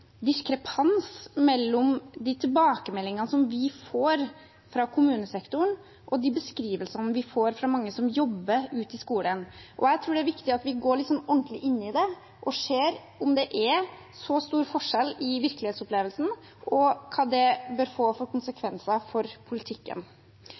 diskrepans mellom de tilbakemeldingene vi får fra kommunesektoren, og de beskrivelsene vi får fra mange som jobber ute i skolen. Jeg tror det er viktig at vi går ordentlig inn i dette og ser om det er så stor forskjell i virkelighetsopplevelsen, og hva det bør få av konsekvenser for